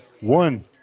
one